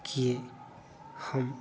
की हम